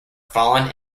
fallen